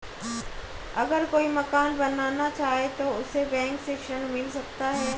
अगर कोई मकान बनाना चाहे तो उसे बैंक से ऋण मिल सकता है?